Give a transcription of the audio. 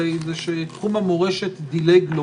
היא שתחום המורשת דילג לו